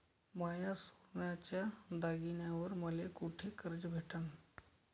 माया सोन्याच्या दागिन्यांइवर मले कुठे कर्ज भेटन?